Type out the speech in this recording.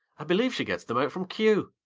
i believe she gets them out from kew.